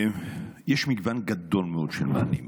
יש מגוון גדול מאוד של מענים.